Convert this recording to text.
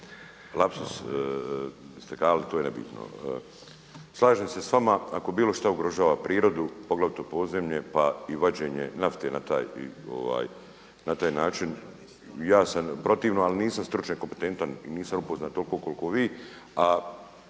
Lapsus, …/Govornik se ne razumije./…. Slažem se s vama, ako bilo šta ugrožava prirodu, poglavito podzemlje pa i vađenje nafte na taj način. Ja sam protivno ali nisam stručnjak kompetentan i nisam upoznat toliko koliko vi.